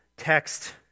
text